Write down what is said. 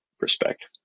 respect